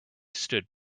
stood